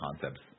concepts